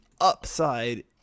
upside